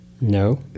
No